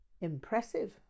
Impressive